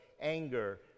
anger